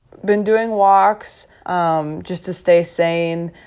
been doing walks um just to stay sane.